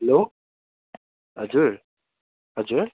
hello हजुर हजुर